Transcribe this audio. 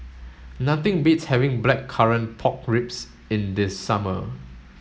nothing beats having blackcurrant pork ribs in the summer